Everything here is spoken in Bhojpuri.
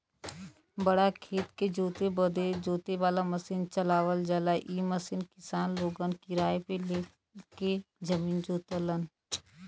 बड़ा खेत के जोते बदे जोते वाला मसीन चलावल जाला इ मसीन किसान लोगन किराए पे ले के जमीन जोतलन